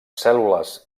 cèl·lules